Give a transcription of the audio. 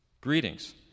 Greetings